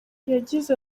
yagize